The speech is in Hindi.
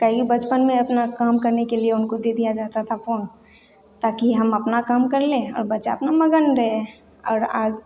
कई बचपन में अपना काम करने के लिए उनको दे दिया जाता था फोन ताकि हम अपना काम कर लें और बच्चा अपना मगन रहे और आज